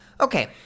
Okay